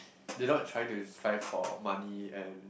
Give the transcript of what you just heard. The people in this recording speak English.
did not try to strive for money and